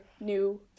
new